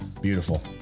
beautiful